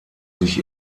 sich